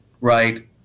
Right